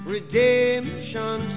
Redemption